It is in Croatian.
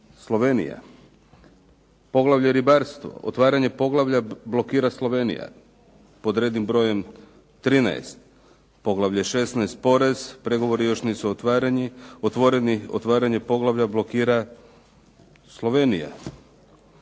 Slovenija. Poglavlje Ribarstvo, otvaranje poglavlja blokira Slovenija. Pod rednim brojem 13, poglavlje 16.-Porez, pregovori još nisu otvoreni, otvaranje poglavlja blokira Slovenija.